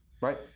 Right